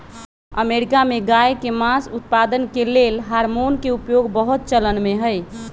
America में गायके मास उत्पादन के लेल हार्मोन के उपयोग बहुत चलनमें हइ